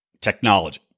technology